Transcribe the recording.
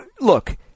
Look